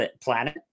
planet